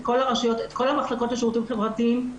את כל המחלקות לשירותים החברתיים,